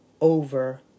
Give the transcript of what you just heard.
over